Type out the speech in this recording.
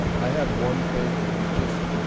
um i had one thing and it was just